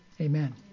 amen